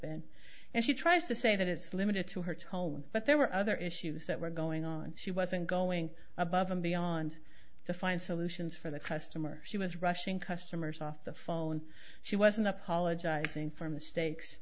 been and she tries to say that it's limited to her tone but there were other issues that were going on she wasn't going above and beyond to find solutions for the customer she was rushing customers off the phone she wasn't apologizing for mistakes